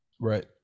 right